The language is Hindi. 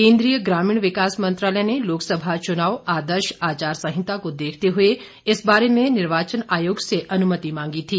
केन्द्रीय ग्रामीण विकास मंत्रालय ने लोकसभा चुनाव आदर्श आचार संहिता को देखते हुए इस बारे में निर्वाचन आयोग से अनुमति मांगी थी